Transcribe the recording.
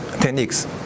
techniques